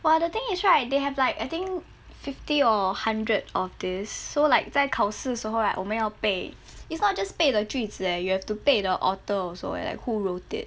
!wah! the thing is right they have like I think fifty or hundred of this so like 在考试时候 right 我们背 it's not just 背的句子 eh you have to 背 the author also eh like who wrote it